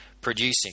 producing